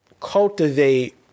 cultivate